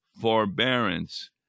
forbearance